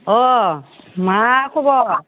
अह मा खबर